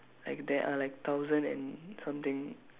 like there are like thousand and something